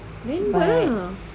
then buat lah